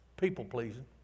People-pleasing